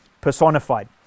personified